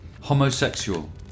Homosexual